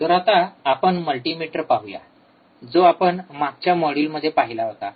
तर आता आपण मल्टीमीटर पाहूया जो आपण मागच्या मोड्युलमध्ये पाहिला होता